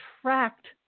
attract